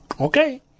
Okay